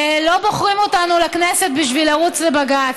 לא בוחרים אותנו לכנסת בשביל לרוץ לבג"ץ.